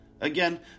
Again